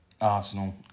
Arsenal